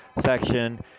section